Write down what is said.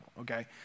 Okay